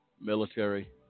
military